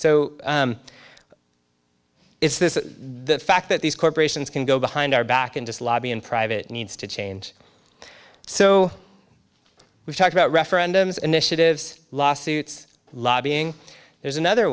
it's the fact that these corporations can go behind our back and just lobby in private needs to change so we talk about referendums initiatives lawsuits lobbying there's another